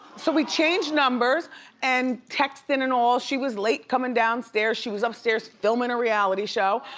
so, we changed numbers and texted and all. she was late coming downstairs, she was upstairs filming a reality show